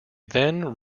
then